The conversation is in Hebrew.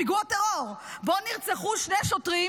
פיגוע טרור שבו נרצחו שני שוטרים